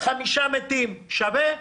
חמישה מתים זה שווה?